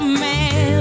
man